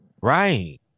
Right